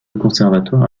conservatoire